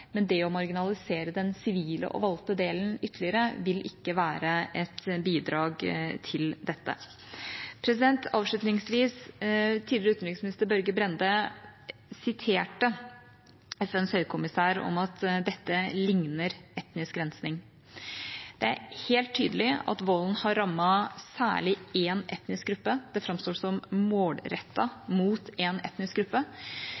men det å marginalisere den sivile og valgte delen ytterligere vil ikke være et bidrag til dette. Avslutningsvis: Tidligere utenriksminister Børge Brende siterte FNs høykommissær på at dette ligner etnisk rensning. Det er helt tydelig at volden har rammet særlig én etnisk gruppe. Det framstår som målrettet mot én etnisk gruppe,